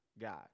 God